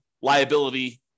liability